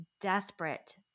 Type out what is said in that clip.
desperate